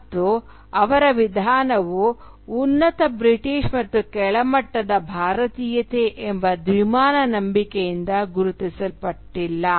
ಮತ್ತು ಅವರ ವಿಧಾನವು ಉನ್ನತ ಬ್ರಿಟಿಷ್ ಮತ್ತು ಕೆಳಮಟ್ಟದ ಭಾರತೀಯತೆ ಎಂಬ ದ್ವಿಮಾನ ನಂಬಿಕೆಯಿಂದ ಗುರುತಿಸಲ್ಪಟ್ಟಿಲ್ಲ